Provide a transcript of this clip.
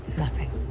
nothing.